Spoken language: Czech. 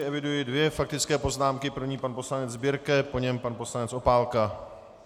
Eviduji dvě faktické poznámky, první pan poslanec Birke, po něm pan poslanec Opálka.